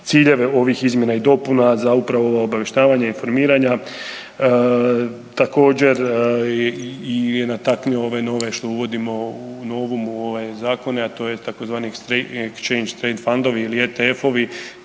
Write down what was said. ciljeve ovih izmjena i dopuna za upravo ovo obavještavanje informiranja. Također je nataknuo ove nove što uvodimo novom u ove zakone, a to je tzv. strange changes trends fondovi ili RTF-ovi